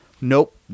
Nope